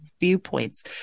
viewpoints